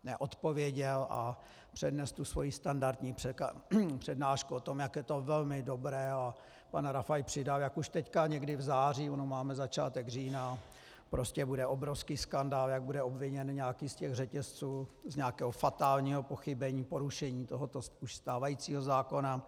Neodpověděl a přednesl tu svoji standardní přednášku o tom, jak je to velmi dobré, a pan Rafaj přidal, jak už teď někdy v září máme začátek října prostě bude obrovský skandál, jak bude obviněn nějaký z těch řetězců z nějakého fatálního pochybení, porušení toho stávajícího zákona.